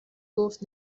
گفت